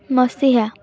ମସିହା